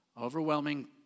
overwhelming